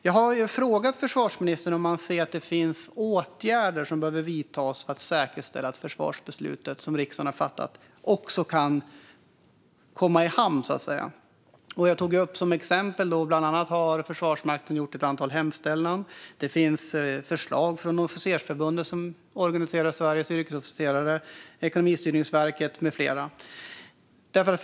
Jag har frågat försvarsministern om han ser att det finns åtgärder som behöver vidtas för att säkerställa att försvarsbeslutet, som riksdagen har fattat, också kan komma i hamn. Jag tog som exempel att Försvarsmakten bland annat har gjort hemställan ett antal gånger. Det finns förslag från Officersförbundet, som organiserar Sveriges yrkesofficerare, Ekonomistyrningsverket med flera. Fru talman!